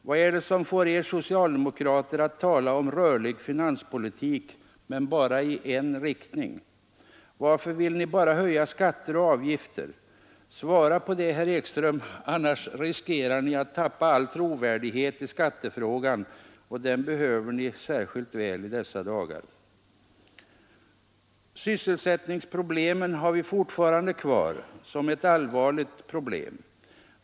Vad är det som får er socialdemokrater att tala om rörlig finanspolitik men bara i en riktning? Varför vill ni bara höja skatter och avgifter? Svara på det, herr Ekström — annars riskerar ni socialdemokrater att tappa all trovärdighet i skattefrågan, och den behöver ni särskilt väl i dessa dagar. Sysselsättningsproblemen har vi fortfarande kvar, och de är allvarliga.